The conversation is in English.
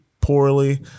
poorly